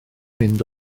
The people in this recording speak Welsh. mynd